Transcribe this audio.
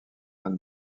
anne